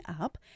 up